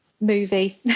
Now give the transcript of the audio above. movie